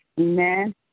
Amen